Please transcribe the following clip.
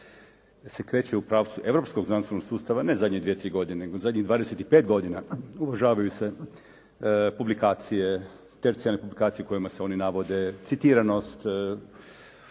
se kreće u pravcu europskog znanstvenog sustava ne zadnje dvije, tri godine nego zadnjih 25 godina uvažavaju se publikacije, tercijarne publikacije u kojima se one navode, citiranost,